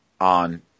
on